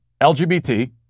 LGBT